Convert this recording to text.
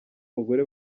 mugore